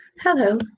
Hello